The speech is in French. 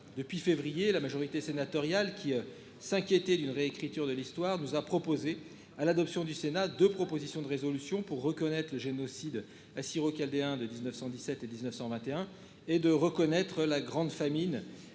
depuis février, la majorité sénatoriale qui s'inquiétaient d'une réécriture de l'histoire nous a proposé à l'adoption du Sénat de propositions de résolution pour reconnaître le génocide assyro-chaldéens de 1917 et 1921 et de reconnaître la grande famine